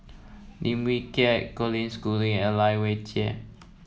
Lim Wee Kiak Colin Schooling and Lai Weijie